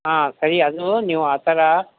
ಹಾಂ ಸರಿ ಅದು ನೀವು ಆ ಥ ರ